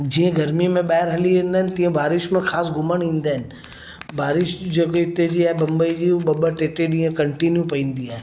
जीअं गरमीअ में ॿाहिरि हली वेंदा आहिनि तीअं बारिश में ख़ासि घुमणु ईंदा आहिनि बारिश जो की हिते जी आहे बंबईअ जी हू ॿ ॿ टे टे ॾींहं कंटीन्यू ईंदी आहे